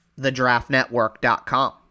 thedraftnetwork.com